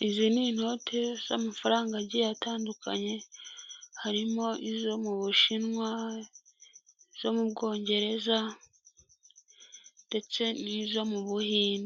Mu karere ka Muhanga habereyemo irushanwa ry'amagare riba buri mwaka rikabera mu gihugu